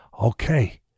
Okay